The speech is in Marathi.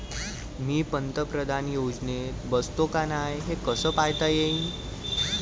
मी पंतप्रधान योजनेत बसतो का नाय, हे कस पायता येईन?